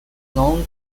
known